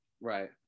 right